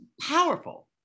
powerful